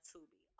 Tubi